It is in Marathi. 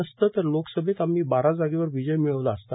नसते तर लोकसभेत आम्ही बारा जागेवर विजय मिळविला असता